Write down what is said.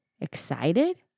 excited